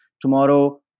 tomorrow